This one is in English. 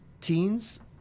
teens